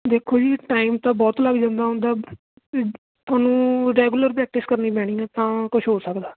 ਦੇਖੋ ਜੀ ਟਾਈਮ ਤਾਂ ਬਹੁਤ ਲੱਗ ਜਾਂਦਾ ਹੁੰਦਾ ਤੁਹਾਨੂੰ ਰੈਗੁਲਰ ਪ੍ਰੈਕਟਿਸ ਕਰਨੀ ਪੈਣੀ ਆ ਤਾਂ ਕੁਛ ਹੋ ਸਕਦਾ